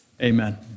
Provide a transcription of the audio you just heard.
Amen